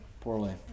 Poorly